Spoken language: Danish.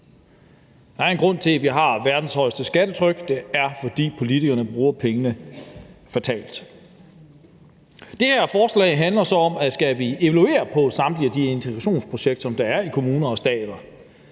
Der er en grund til, at vi har verdens højeste skattetryk. Det er, fordi politikerne bruger pengene fatalt. Det her forslag handler så om, om vi skal evaluere samtlige af de integrationsprojekter, der er i kommuner, regioner